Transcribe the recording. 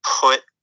put